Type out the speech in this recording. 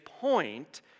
point